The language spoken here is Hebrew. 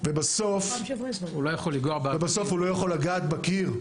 ובסוף לא יכול לגעת בקיר,